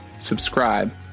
subscribe